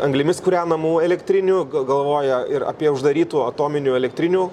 anglimis kūrenamų elektrinių galvoja ir apie uždarytų atominių elektrinių